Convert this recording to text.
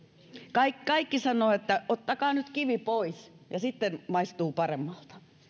kaikki kaikki sanovat että ottakaa nyt kivi pois ja sitten maistuu paremmalta